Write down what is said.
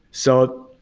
so,